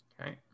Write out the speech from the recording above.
Okay